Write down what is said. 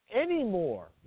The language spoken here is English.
anymore